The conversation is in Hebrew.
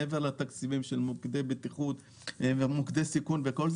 מעבר לתקציבים של מוקדי בטיחות ומוקדי סיכון וכו',